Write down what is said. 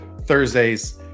thursdays